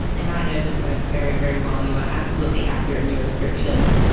and i know them both very, very well. you are absolutely accurate in your descriptions.